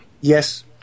Yes